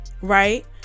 right